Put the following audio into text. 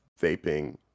vaping